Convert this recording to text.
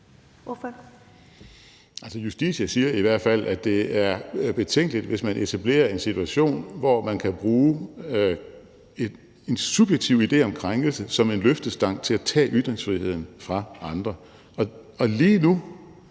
Dahl (LA): Justitia siger i hvert fald, at det er betænkeligt, hvis man etablerer en situation, hvor man kan bruge en subjektiv idé om krænkelse som en løftestang til at tage ytringsfriheden fra andre, og lige nu